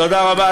תודה רבה,